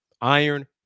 iron